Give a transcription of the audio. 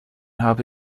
habe